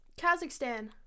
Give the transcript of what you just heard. Kazakhstan